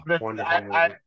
Wonderful